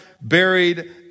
buried